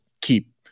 keep